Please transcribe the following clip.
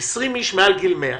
איש מעל גיל 100,